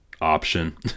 option